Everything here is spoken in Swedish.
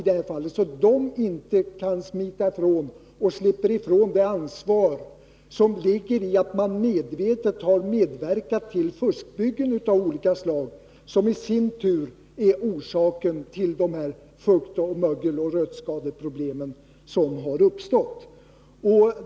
De får inte smita ifrån det ansvar som ligger i att de medvetet har medverkat till fuskbyggen av olika slag, som i sin tur är orsaken till de fukt-, mögeloch rötskadeproblem som har uppstått.